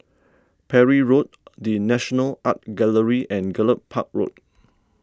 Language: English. Parry Road the National Art Gallery and Gallop Park Road